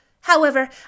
However